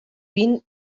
vint